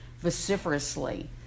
vociferously